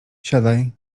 siadaj